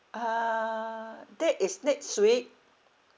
uh that is next week